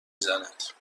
زند